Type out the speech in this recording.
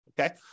Okay